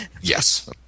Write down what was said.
Yes